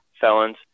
felons